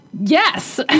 Yes